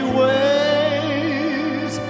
ways